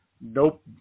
nope